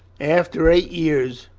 after eight years